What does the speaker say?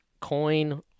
coin